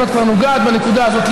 אם את כבר נוגעת בנקודה הזאת,